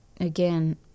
again